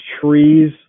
trees